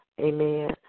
amen